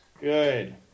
Good